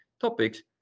topics